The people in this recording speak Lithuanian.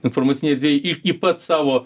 informacinėj erdvėj iki pat savo